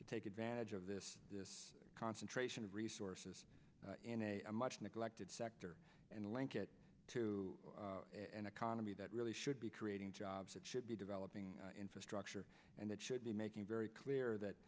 to take advantage of this this concentration of resources in a much neglected sector and link it to an economy that really should be creating jobs it should be developing infrastructure and it should be making very clear that